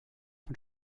von